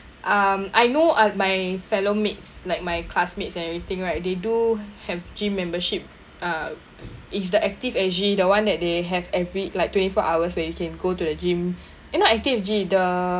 um I know uh my fellow mates like my classmates and everything right they do have gym membership uh is the ActiveSG the one that they have every like twenty four hours where you can go to the gym eh not ActiveSG the